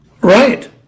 Right